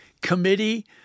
committee